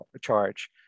charge